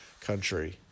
country